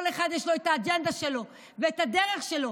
כל אחד יש לו את האג'נדה שלו ואת הדרך שלו.